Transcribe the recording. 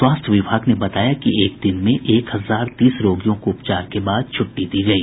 स्वास्थ्य विभाग ने बताया कि एक दिन में एक हजार तीस रोगियों को उपचार के बाद छुट्टी दी गयी